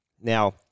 now